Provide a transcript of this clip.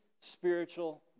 spiritual